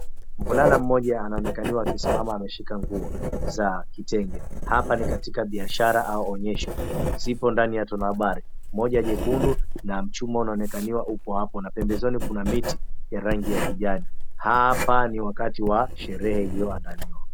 Mvulana mmoja anaonekaniwa akisimama ameshika nguo za kitenge, hapa ni katika biashara au onyesho. Zipo ndani ya tonombari moja nyekundu na mchumo unaonekaniwa uko hapo, na pembezoni kuna miti ya rangi ya kijani, hapa ni wakati wa sherehe ilioandaliwa.